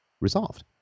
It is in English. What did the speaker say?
resolved